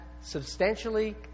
substantially